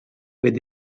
with